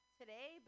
today